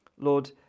Lord